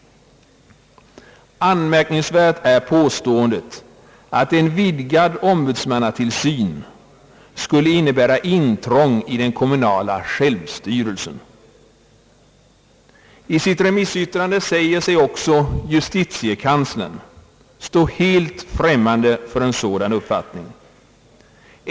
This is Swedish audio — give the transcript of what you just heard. Anmärkningsvärt är påståendet, att en vidgad ombudsmannatillsyn skulle innebära intrång i den kommunala självstyrelsen. I sitt remissyttrande säger sig också justitiekanslern stå helt främmande för en sådan uppfattning.